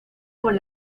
con